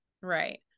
right